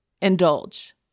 indulge